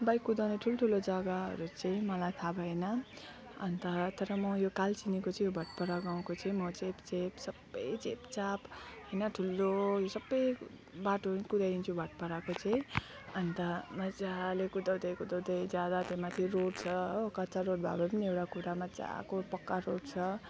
bike कुदाउने ठुल्ठुलो जग्गाहरू चाहिँ मलाई थाहा भएन अन्त तर म यो कालचिनीको चाहिँ यो भातपाडा गाउँको चाहिँ म चेपचेप सबै चेपचाप होइन ठुलो यो सबै बाटोहरू नै कुदाइदिन्छु भातपाडाको चाहिँ अन्त मजाले कुदाउँदै कुदाउँदै जाँदा त्योमाथि रोड छ हो कच्चा रोड भएको पनि एउटा कुरा मजाको पक्का रोड छ